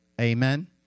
Amen